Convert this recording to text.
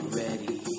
ready